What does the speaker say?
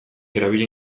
erabili